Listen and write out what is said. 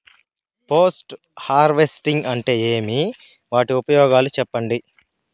Post harvesting అంటే ఏమి? వాటి ఉపయోగాలు చెప్పండి?